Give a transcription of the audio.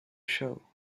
show